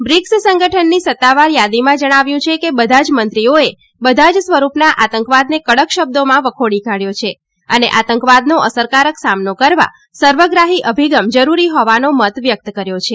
BRICS સંગઠનની સત્તાવાર યાદીમાં જણાવ્યું છે કે બધા જ મંત્રીઓએ બધા જ સ્વરૂપના આતંકવાદને કડક શબ્દોમાં વખોડી કાઢ્યો છે અને આતંકવાદનો અસરકારક સામનો કરવા સર્વગ્રાહી અભિગમ જરૂરી હોવાનો મત વ્યક્ત કર્યો છે